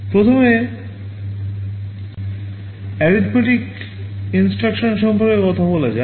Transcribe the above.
প্রথমে arithmetic instruction সম্পর্কে কথা বলা যাক